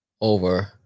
over